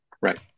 Right